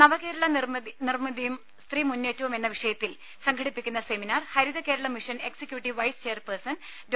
നവകേരള നിർമ്മിതിയും സ്ത്രീ മുന്നേറ്റവും എന്ന വിഷയത്തിൽ സംഘടിപ്പിക്കുന്ന seminar Harithakeralam mission executive vice chairperson ഡോ